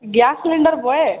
gas cylinder boy